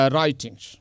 Writings